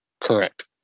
correct